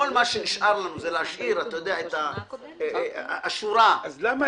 כל מה שנשאר לנו זה להשאיר את השורה --- אז למה